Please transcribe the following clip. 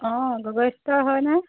অঁ গগৈ ষ্ট'ৰ হয়নে